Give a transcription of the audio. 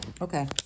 okay